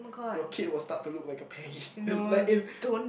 your kids will start to look like a Peggy like in